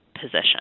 position